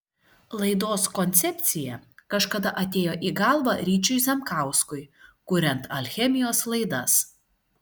laidos koncepcija kažkada atėjo į galvą ryčiui zemkauskui kuriant alchemijos laidas